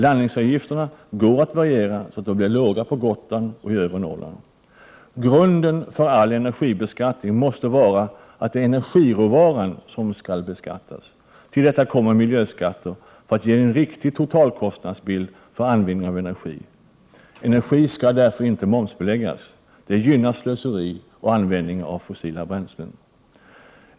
Landningsavgifterna går att variera, så att de blir låga på Gotland och i övre Norrland. Grunden för all energibeskattning måste vara att det är energiråvaran som skall beskattas. Till detta kommer miljöskatter, för att ge en riktig totalkostnadsbild för användningen av energi. Energi skall därför inte momsbeläggas. Det gynnar slöseri och användningen av fossila bränslen.